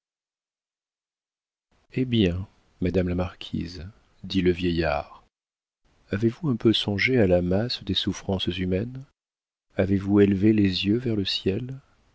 eh bien madame la marquise dit le vieillard avez-vous un peu songé à la masse des souffrances humaines avez-vous élevé les yeux vers le ciel